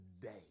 today